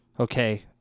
Okay